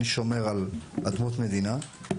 אני שומר על אדמות מדינה.